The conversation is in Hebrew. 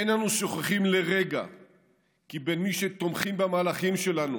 אין אנו שוכחים לרגע כי בין שתומכים במהלכים שלנו